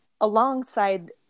alongside